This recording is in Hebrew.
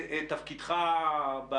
הבדיקות במפקדת אלון.